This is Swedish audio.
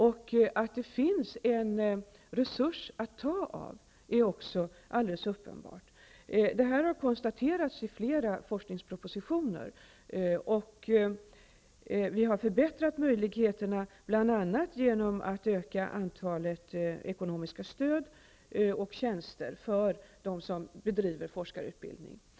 Det är alldeles uppenbart att det finns en resurs att utnyttja, vilket har konstaterats i flera forskningspropositioner. Möjligheterna har förbättrats, bl.a. genom att antalet ekonomiska stöd och tjänster för dem som bedriver forskarutbildning har ökat.